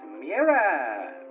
mirror